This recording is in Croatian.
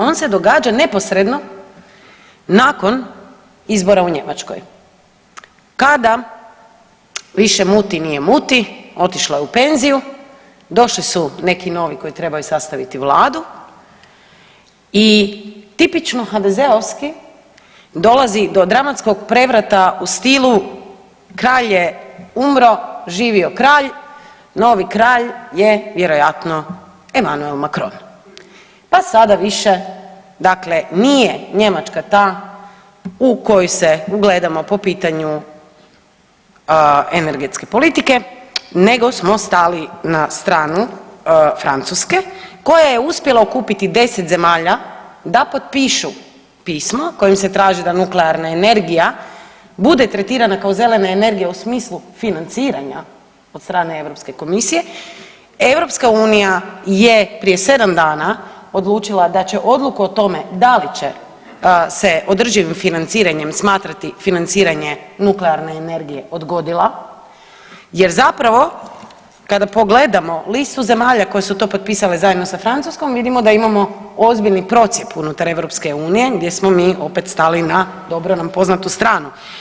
On se događa neposredno nakon izbora u Njemačkoj kada više muti nije muti, otišla je u penziju, došli su neki novi koji trebaju sastaviti vladu i tipično HDZ-ovski dolazi do dramatskog prevrata u stilu kralj je umro, živio kralj, novi kralj je vjerojatno Emanuel Macron, pa sada više dakle nije Njemačka ta u koju se ugledamo po pitanju energetske politike nego smo stali na stranu Francuske koja je uspjela okupiti 10 zemalja da potpišu pismo kojim se traži da nuklearna energija bude tretirana kao zelena energija u smislu financiranja od strane Europske komisije, EU je prije 7 dana odlučila da će odluku o tome da li će se održivim financiranjem smatrati financiranje nuklearne energije odgodila jer zapravo kada pogledamo listu zemalja koje su to potpisale zajedno sa Francuskom vidimo da imamo ozbiljni procjep unutar EU gdje smo mi opet stali na dobro nam poznatu stranu.